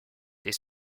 des